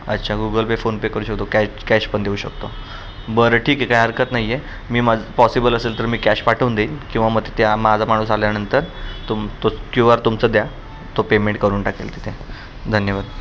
अच्छा Google Pay PhonePe करू शकतो कॅश कॅश पण देऊ शकतो बरं ठीक आहे काय हरकत नाही आहे मी माझं पॉसिबल असेल तर मी कॅश पाठवून देईल किंवा मग ते त्या माझा माणूस आल्यानंतर तुम तो क्यू आर तुमचं द्या तो पेमेंट करून टाकेल तिथे धन्यवाद